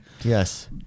Yes